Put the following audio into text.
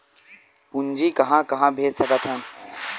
पूंजी कहां कहा भेज सकथन?